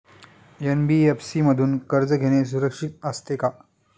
NBFC मधून कर्ज घेणे सुरक्षित असते का?